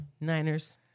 Niners